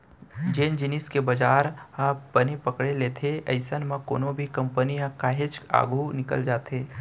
जेन जिनिस के बजार ह बने पकड़े लेथे अइसन म कोनो भी कंपनी ह काहेच आघू निकल जाथे